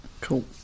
Cool